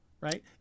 right